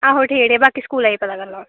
आहो ठीक ऐ ठीक ऐ बाकी स्कूल जाइयै पता करेओ